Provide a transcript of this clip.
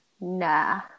nah